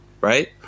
Right